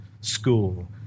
school